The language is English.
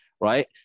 right